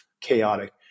chaotic